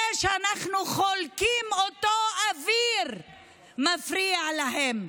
זה שאנחנו חולקים אותו אוויר מפריע להם.